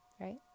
right